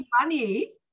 money